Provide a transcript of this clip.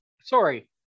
sorry